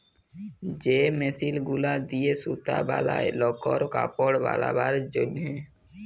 যে মেশিল গুলা দিয়ে সুতা বলায় লকর কাপড় বালাবার জনহে